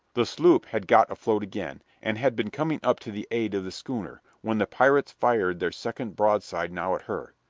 the sloop had got afloat again, and had been coming up to the aid of the schooner, when the pirates fired their second broadside now at her.